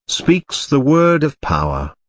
speaks the word of power.